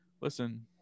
listen